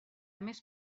més